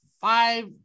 five